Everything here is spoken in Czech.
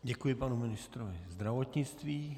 Děkuji panu ministrovi zdravotnictví.